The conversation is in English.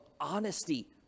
honesty